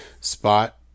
spot